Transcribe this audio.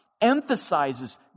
emphasizes